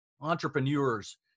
entrepreneurs